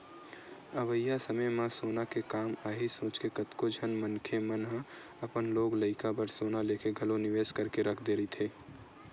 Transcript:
अवइया समे म सोना के काम आही सोचके कतको झन मनखे मन ह अपन लोग लइका बर सोना लेके घलो निवेस करके रख दे रहिथे